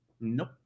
nope